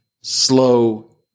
slow